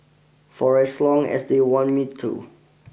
for as long as they want me to